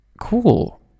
cool